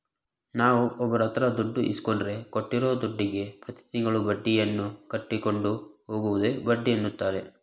ನಾವುಒಬ್ಬರಹತ್ರದುಡ್ಡು ಇಸ್ಕೊಂಡ್ರೆ ಕೊಟ್ಟಿರೂದುಡ್ಡುಗೆ ಪ್ರತಿತಿಂಗಳು ಬಡ್ಡಿಯನ್ನುಕಟ್ಟಿಕೊಂಡು ಹೋಗುವುದಕ್ಕೆ ಬಡ್ಡಿಎನ್ನುತಾರೆ